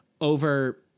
over